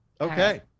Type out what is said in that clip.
Okay